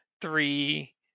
three